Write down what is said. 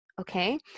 okay